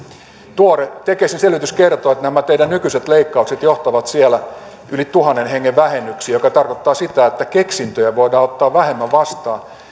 tuore tekesin selvitys kertoo että nämä teidän nykyiset leikkauksenne johtavat siellä yli tuhannen hengen vähennyksiin mikä tarkoittaa sitä että keksintöjä voidaan ottaa vähemmän vastaan